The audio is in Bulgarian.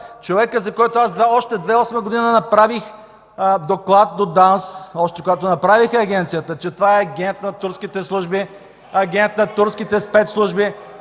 човекът, за който аз още през 2008 г. направих доклад до ДАНС, още когато направиха Агенцията, че това е агент на турските служби